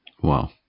Wow